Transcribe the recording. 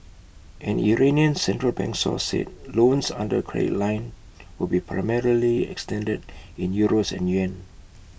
an Iranian central bank source said loans under the credit line would be primarily extended in euros and yuan